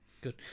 Good